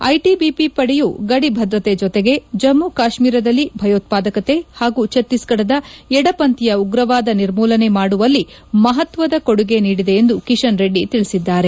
ITBP ಪಡೆಯು ಗದಿ ಭದ್ರತೆ ಜೊತೆಗೆ ಜಮ್ಮು ಕಾಶ್ಟೀರದಲ್ಲಿ ಭಯೋತ್ಪಾದಕತೆ ಹಾಗೂ ಛತ್ತೀಸ್ಗಢದ ಎಡಪಂಥೀಯ ಉಗ್ರವಾದ ನಿರ್ಮೂಲನೆ ಮಾಡುವಲ್ಲಿ ಮಹತ್ಸದ ಕೊಡುಗೆ ನೀಡಿದೆ ಎಂದು ಕಿಷನ್ ರೆಡ್ಡಿ ತಿಳಿಸಿದರು